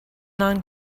non